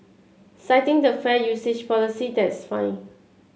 citing the fair usage policy that's fine